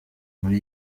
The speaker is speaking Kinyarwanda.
muri